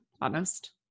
honest